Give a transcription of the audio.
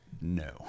no